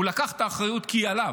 הוא לקח את האחריות כי היא עליו,